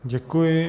Děkuji.